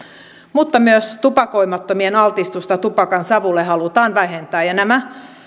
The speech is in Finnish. mutta myös tupakoimattomien altistusta tupakansavulle halutaan vähentää nämä